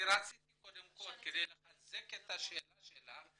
רציתי קודם כל כדי לחזק את השאלה שלך,